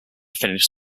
finish